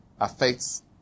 affects